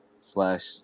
slash